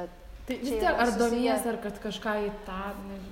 tai vis tiek ar domiesi ar kažką į tą nežinau